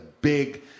big